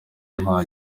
nta